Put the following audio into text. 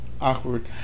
Awkward